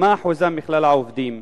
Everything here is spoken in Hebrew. ומה אחוזם בכלל העובדים?